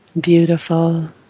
beautiful